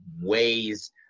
ways